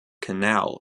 canal